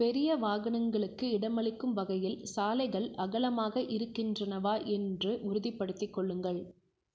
பெரிய வாகனங்களுக்கு இடமளிக்கும் வகையில் சாலைகள் அகலமாக இருக்கின்றனவா என்று உறுதிப்படுத்திக்கொள்ளுங்கள்